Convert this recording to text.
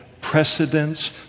precedence